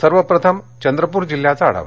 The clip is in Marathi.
सर्वप्रथम चंद्रपुर जिल्ह्याचा आढावा